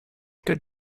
good